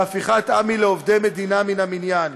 והפיכת עמ"י לעובדי מדינה מן המניין.